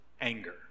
anger